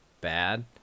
bad